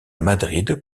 madrid